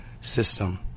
system